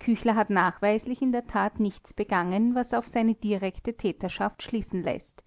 küchler hat nachweislich in der tat nichts begangen was auf seine direkte täterschaft schließen läßt